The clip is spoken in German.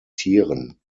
tieren